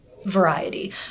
variety